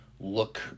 Look